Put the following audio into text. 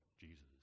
Jesus